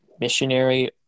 missionary